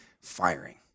firing